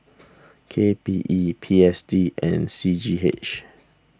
K P E P S D and C G H